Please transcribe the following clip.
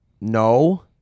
No